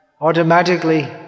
automatically